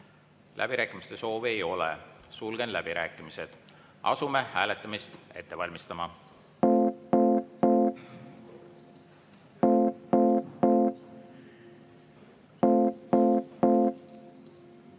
Läbirääkimiste soovi ei ole, sulgen läbirääkimised. Asume hääletamist ette valmistama. Head